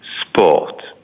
sport